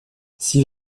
six